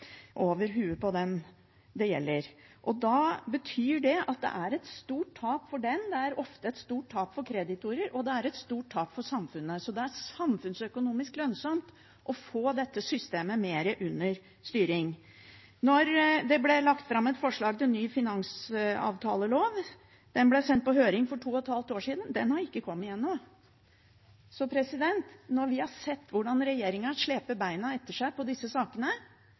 på den det gjelder. Det betyr at det er et stort tap for den, det er ofte et stort tap for kreditorer, og det er et stort tap for samfunnet. Så det er samfunnsøkonomisk lønnsomt å få dette systemet mer under styring. Det ble lagt fram et forslag til ny finansavtalelov som ble sendt på høring for to og et halvt år siden. Den har ikke kommet ennå. Når vi har sett hvordan regjeringen sleper beina etter seg i disse sakene,